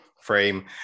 frame